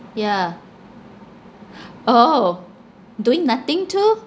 yeah oh doing nothing too